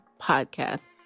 podcast